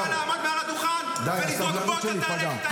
מאוד קל לעמוד מעל הדוכן ולזרוק בוץ על טייסי חיל האוויר.